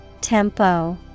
Tempo